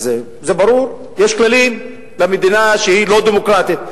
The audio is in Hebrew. אז זה ברור, יש כללים למדינה, שהיא לא דמוקרטית.